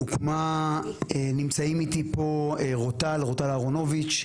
נמצאים איתי פה רוטל אהרונוביץ',